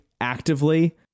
actively